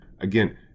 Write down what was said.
Again